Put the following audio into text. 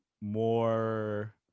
more